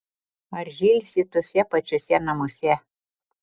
ir žilsi tuose pačiuose namuose